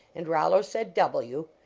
and rollo said w,